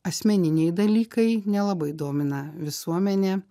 asmeniniai dalykai nelabai domina visuomenė